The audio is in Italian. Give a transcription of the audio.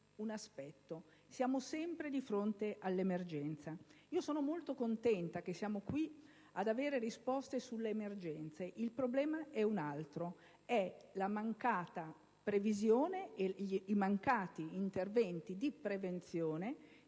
siamo sempre di fronte all'emergenza. Sono molto contenta che siamo qui ad avere risposte sulle emergenze, ma il problema è un altro: la mancata previsione e i mancati interventi di prevenzione